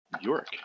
York